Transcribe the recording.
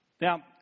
Now